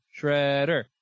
Shredder